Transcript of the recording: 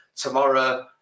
tomorrow